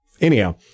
anyhow